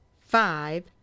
five